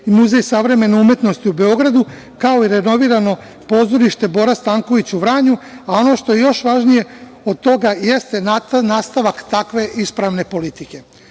i Muzej savremene umetnosti u Beogradu, kao i renovirano pozorište „Bora Stanković“ u Vranju, a ono što je još najvažnije od toga jeste nastavak takve ispravne politike. Ako